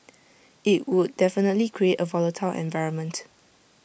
IT would definitely create A volatile environment